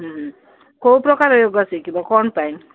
ହୁଁ କୋଉ ପ୍ରକାର ୟୋଗା ଶିଖିବ କ'ଣ ପାଇଁ